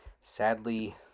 Sadly